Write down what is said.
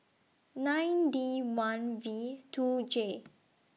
nine D one V two J